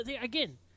again